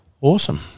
Awesome